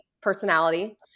personality